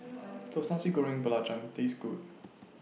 Does Nasi Goreng Belacan Taste Good